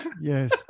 yes